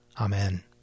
Amen